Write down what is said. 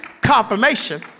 confirmation